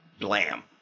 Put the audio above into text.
Blam